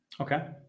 okay